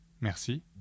Merci